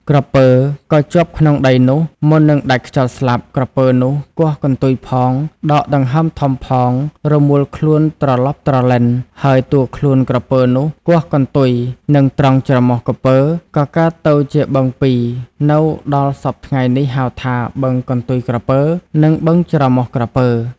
ក្រពើក៏ជាប់ក្នុងដីនោះ មុននឹងដាច់ខ្យល់ស្លាប់ ក្រពើនោះគោះកន្ទុយផង ដកដង្ហើមធំផង រមូលខ្លួនត្រឡប់ ត្រឡិន ហើយតួខ្លួនក្រពើនោះគោះកន្ទុយ នឹងត្រង់ច្រមុះក្រពើ ក៏កើតទៅជាបឹង ២ នៅដល់សព្វថ្ងៃនេះ ហៅ ថា បឹងកន្ទុយក្រពើ និង បឹងច្រមុះក្រពើ ។